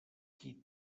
qui